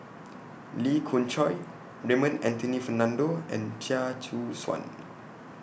Lee Khoon Choy Raymond Anthony Fernando and Chia Choo Suan